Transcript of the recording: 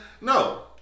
No